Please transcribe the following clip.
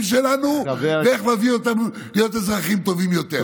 שלנו ואיך להביא אותנו להיות אזרחים טובים יותר.